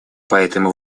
поэтому